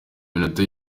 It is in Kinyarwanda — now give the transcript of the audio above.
minota